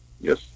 Yes